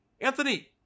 Anthony